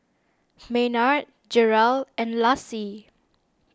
Maynard Jerel and Lassie